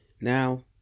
Now